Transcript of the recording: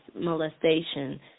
molestation